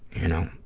you know.